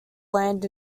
land